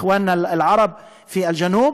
אח'וואנה אל-ערב פי אל-ג'נוב,